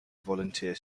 volunteer